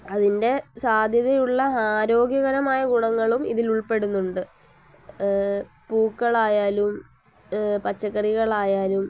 അതിൻ്റെ സാധ്യതയുള്ള ആരോഗ്യകരമായ ഗുണങ്ങളും ഇതിലുൾപ്പെടുന്നുണ്ട് പൂക്കളായാലും പച്ചക്കറികളായാലും